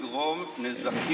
דיון פתוח במליאה עלול לגרום נזקים,